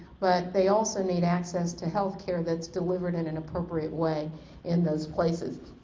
but they also need access to health care that's delivered in an appropriate way in those places.